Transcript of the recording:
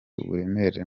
uburemere